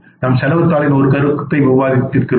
நாம் செலவுத் தாளின் ஒரு கருத்தை விவாதிக்கிறோம்